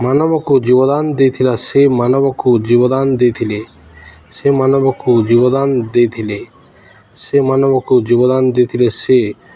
ମାନବକୁ ଜୀବଦାନ ଦେଇଥିଲା ସେ ମାନବକୁ ଜୀବଦାନ ଦେଇଥିଲେ ସେ ମାନବକୁ ଜୀବଦାନ ଦେଇଥିଲେ ସେ ମାନବକୁ ଜୀବଦାନ ଦେଇଥିଲେ ସେ